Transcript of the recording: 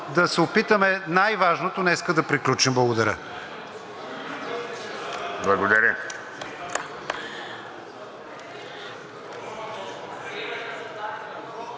да се опитаме най-важното днес да приключим. Благодаря.